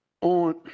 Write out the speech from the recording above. on